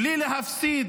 בלי להפסיד